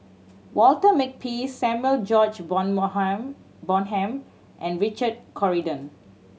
Walter Makepeace Samuel George Bonham and Richard Corridon